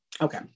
Okay